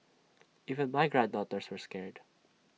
even my granddaughters were scared